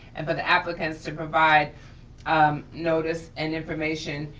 and for the applicants to provide um notice and information